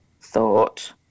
thought